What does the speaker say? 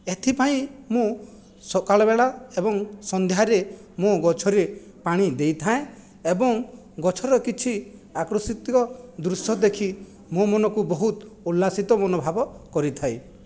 ଏଥିପାଇଁ ମୁଁ ସକାଳ ବେଳା ଏବଂ ସନ୍ଧ୍ୟାରେ ମୁଁ ଗଛରେ ପାଣି ଦେଇଥାଏଁ ଏବଂ ଗଛର କିଛି ଆକୃଷିତୀକ ଦୃଶ୍ୟ ଦେଖି ମୋ ମନକୁ ବହୁତ ଉଲ୍ଲାସିତ ମନୋଭାବ କରିଥାଏ